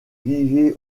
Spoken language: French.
vivez